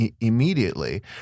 immediately